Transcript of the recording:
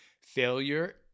Failure